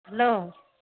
hello